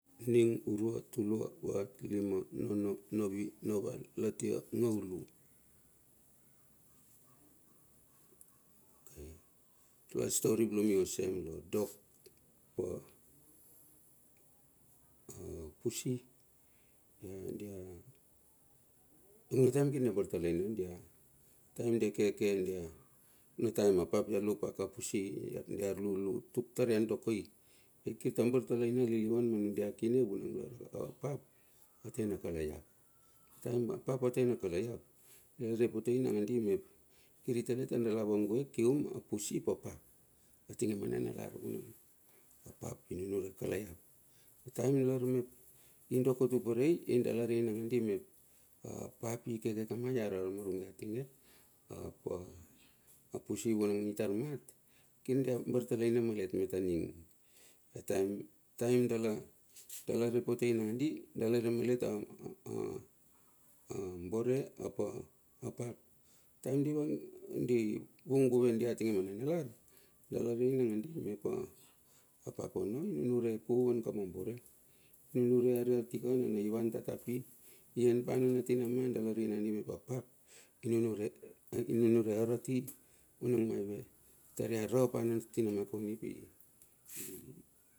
Aning, urua, tulua, vat, lima, nono, novi, noval, latia, ngaulu. Truhats stori blong mi olsem long dok pa pusi. Iong na taem kirdia bartalalaina dia taem keke dia. iong na taem a pap ia lupa ka pusi. Diarlulu tuk tar ia doko i, ai kir ta bartalaina lilivan ma nundia kine vunang apap, atena kalaiap. A taem a pap a tena kalaiap, dala re potei nandi mep kiri tale tar dala vangue kium a pusi pa pap atinge ma nanalar vunang a pap inunure kalaiap. Taem dalarei mep di doko tuperei, ai dalarei nangadi mep apap ikeke kama ia ararmarunge atinge ap a pusi vunang itar mat. Kirdia bartalaina malet me taning. Ataem dala re potei nandi, dala re malet a bore ap a pap, a taem di vung guve dia tinge ma nanalar, dala rei nandi mepa apap ono inunure puvan ka ma bore. Inunure arati ka nai van tatapi ien pa anana tinama. Dala rei nangadi mep apap inunure arati vuna maive, tar ia ra pa nana tinama.